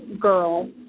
girl